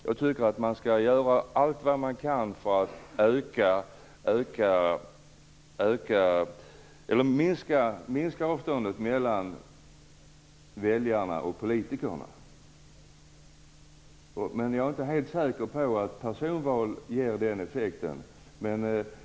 Jag tycker att man skall göra allt man kan för att minska avståndet mellan väljarna och politikerna. Men jag är inte helt säker på att personval ger den effekten.